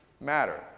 matter